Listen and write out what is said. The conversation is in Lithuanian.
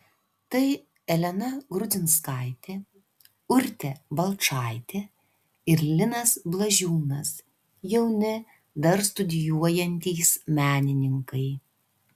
tai elena grudzinskaitė urtė balčaitė ir linas blažiūnas jauni dar studijuojantys menininkai